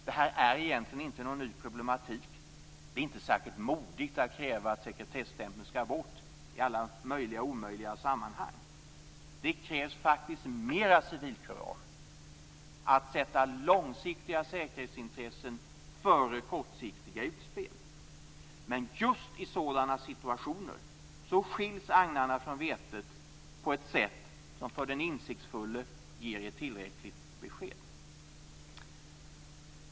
Detta är egentligen inte någon ny problematik. Det är inte särskilt modigt att kräva att sekretesstämpeln skall bort i alla möjliga och omöjliga sammanhang. Det krävs faktiskt mer civilkurage för att sätta långsiktiga säkerhetsintressen före kortsiktiga utspel. Men just i sådana situationer skiljs agnarna från vetet på ett sätt som för den insiktsfulle ger ett tillräckligt besked.